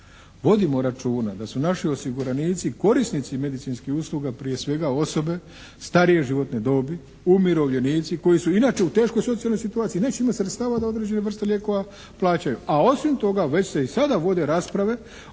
Vodimo računa da su naši osiguranici korisnici medicinskih usluga, prije svega osobe starije životne dobi, umirovljenici koji su inače u teškoj socijalnoj situaciji, neće imati sredstava za određene vrste lijekova, plaćaju.